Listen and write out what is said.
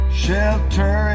shelter